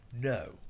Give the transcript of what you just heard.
No